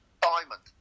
Diamond